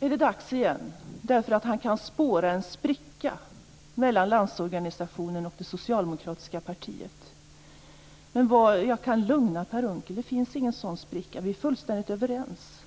är det dags igen, för Per Unckel kan spåra en spricka mellan Landsorganisationen och det socialdemokratiska partiet. Men jag kan lugna Per Unckel. Det finns ingen sådan spricka, utan vi är fullständigt överens.